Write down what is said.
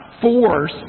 force